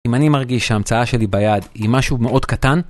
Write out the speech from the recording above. אם אני מרגיש שההמצאה שלי ביד היא משהו מאוד קטן?